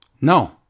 no